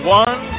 one